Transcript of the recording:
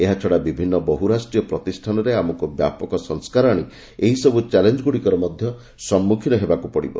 ଏହାଛଡ଼ା ବିଭିନ୍ନ ବହୁରାଷ୍ଟ୍ରୀୟ ପ୍ରତିଷ୍ଠାନରେ ଆମକୁ ବ୍ୟାପକ ସଂସ୍କାର ଆଣି ଏହିସବୁ ଚ୍ୟାଲେଞ୍ଜଗୁଡ଼ିକର ସମ୍ମୁଖୀନ ହେବାକୁ ପଡ଼ିବ